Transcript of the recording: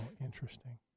Interesting